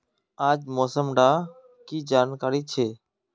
आज मौसम डा की जानकारी छै?